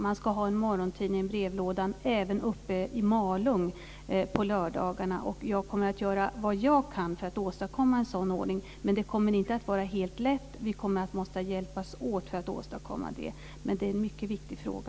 Man ska ha en morgontidning i brevlådan även uppe i Malung på lördagarna. Jag kommer att göra vad jag kan för att åstadkomma en sådan ordning. Men det kommer inte att vara helt lätt. Vi kommer att behöva hjälpas åt för att åstadkomma detta. Men det är en mycket viktig fråga.